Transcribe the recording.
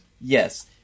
Yes